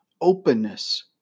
openness